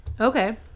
Okay